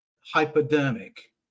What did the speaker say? hypodermic